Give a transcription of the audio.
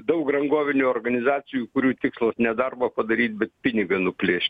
daug rangovinių organizacijų kurių tikslas ne darbą padaryt bet pinigą nuplėš